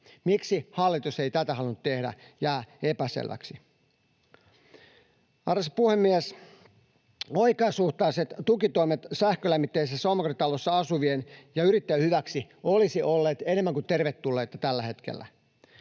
Miksi hallitus ei tätä halunnut tehdä, jää epäselväksi. Arvoisa puhemies! Oikeasuhtaiset tukitoimet sähkölämmitteisessä omakotitalossa asuvien ja yrittäjien hyväksi olisivat olleet enemmän kuin tervetulleita tällä hetkellä.